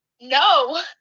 no